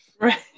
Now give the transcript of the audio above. Right